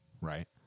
right